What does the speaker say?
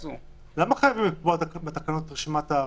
למה חייבים לקבוע בתקנות את רשימת הערים?